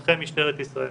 מונחה משטרת ישראל.